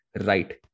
right